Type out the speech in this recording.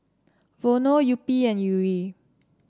Vono Yupi and Yuri